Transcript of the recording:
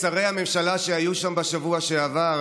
שרי הממשלה שהיו שם בשבוע שעבר,